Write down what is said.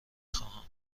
خواهم